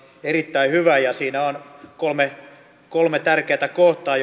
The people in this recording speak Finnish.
erittäin hyvä ja siinä on kolme tärkeätä kohtaa